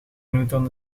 newton